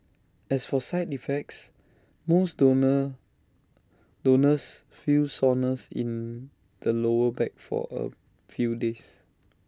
as for side effects most donor donors feel soreness in the lower back for A few days